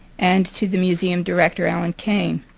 and to the museum director alan kane.